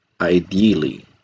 ideally